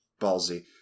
ballsy